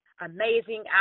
amazing